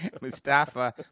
Mustafa